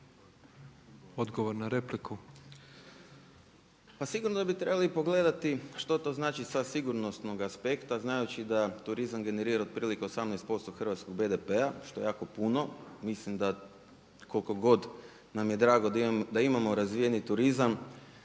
Boris (IDS)** Pa sigurno da bi trebali pogledati što to znači sa sigurnosnoga aspekta znajući da turiram generira otprilike 18% hrvatskog BDP-a, što je jako puno, mislim da koliko god nam je drago da imamo razvijeni turizam